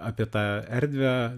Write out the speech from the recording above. apie tą erdvę